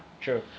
True